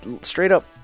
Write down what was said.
straight-up